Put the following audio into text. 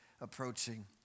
approaching